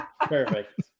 Perfect